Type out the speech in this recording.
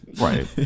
Right